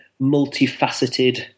multifaceted